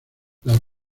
las